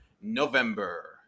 November